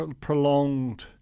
prolonged